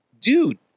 Dude